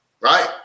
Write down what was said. Right